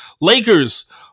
Lakers